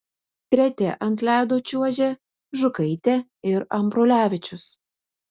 treti ant ledo čiuožė žukaitė ir ambrulevičius